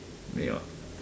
ya